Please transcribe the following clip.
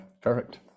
perfect